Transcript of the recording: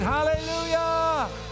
Hallelujah